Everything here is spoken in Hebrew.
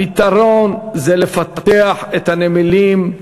הפתרון הוא לפתח את הנמלים,